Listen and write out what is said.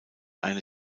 eine